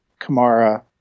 Kamara